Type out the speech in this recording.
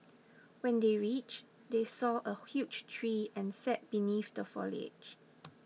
when they reached they saw a huge tree and sat beneath the foliage